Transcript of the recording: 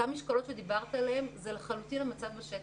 אותן משקולות שדיברת עליהן, זה לחלוטין המצב בשטח.